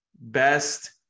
Best